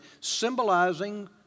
symbolizing